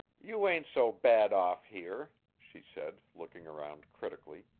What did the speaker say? you ain't so bad off here, she said, looking around critically.